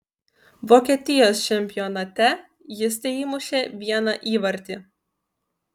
vokietijos čempionate jis teįmušė vieną įvartį